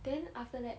then after that